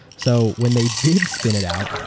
so when they did spin it out,